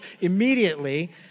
immediately